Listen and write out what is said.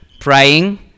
Praying